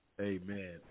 Amen